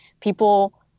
people